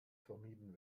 vermieden